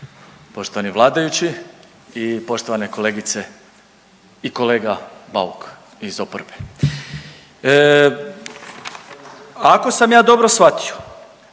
poštovani vladajući i poštovane kolegice i kolega Bauk iz oporbe. Ako sam ja dobro shvatio,